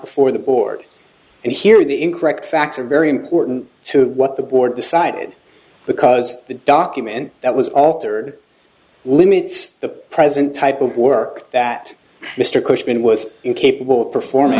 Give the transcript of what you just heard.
before the board and hear the incorrect facts are very important to what the board decided because the document that was altered limits the present type of work that mr cushman was incapable of performing